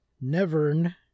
Nevern